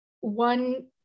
one